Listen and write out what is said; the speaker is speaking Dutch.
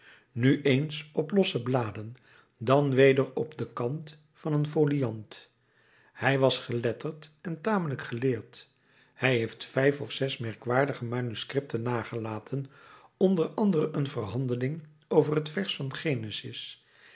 nu eens op losse bladen dan weder op den kant van een foliant hij was geletterd en tamelijk geleerd hij heeft vijf of zes merkwaardige manuscripten nagelaten onder andere een verhandeling over het vers van genesis